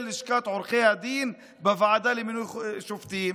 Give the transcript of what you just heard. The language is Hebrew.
לשכת עורכי הדין בוועדה למינוי שופטים?